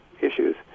issues